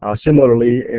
ah similarly,